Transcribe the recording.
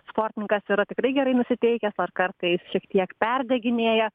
sportininkas yra tikrai gerai nusiteikęs ar kartais šiek tiek perdeginėja